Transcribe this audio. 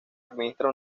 administra